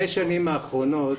השנים האחרונות